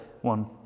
one